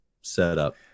setup